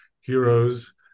heroes